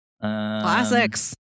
Classics